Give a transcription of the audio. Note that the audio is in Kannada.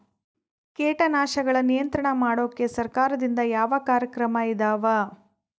ಕೇಟನಾಶಕಗಳ ನಿಯಂತ್ರಣ ಮಾಡೋಕೆ ಸರಕಾರದಿಂದ ಯಾವ ಕಾರ್ಯಕ್ರಮ ಇದಾವ?